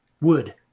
wood